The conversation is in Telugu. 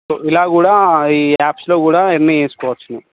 సో ఇలాగ కూడా ఈ యాప్స్లో కూడా ఎర్న్ చేసుకోవచ్చు నువ్వు